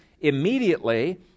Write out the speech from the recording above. immediately